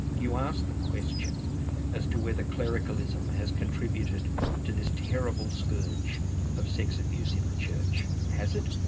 you asked the question as to whether clericalism has contributed to this terrible scourge of sex abuse in the church. has it?